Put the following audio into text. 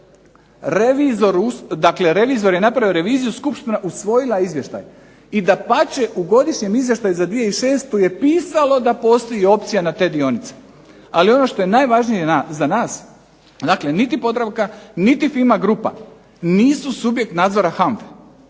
revizor je napravio reviziju, skupština je usvojila izvještaj i dapače u godišnjem izvještaju za 2006. je pisalo da postoji opcija na te dionice, ali ono što je najvažnije za nas dakle niti Podravka, niti FIMA grupa nisu subjekt nadzora HANFA-e,